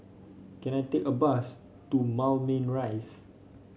can I take a bus to Moulmein Rise